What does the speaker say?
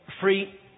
free